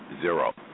zero